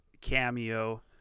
Cameo